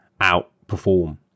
outperform